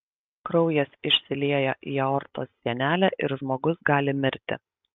kraujas išsilieja į aortos sienelę ir žmogus gali mirti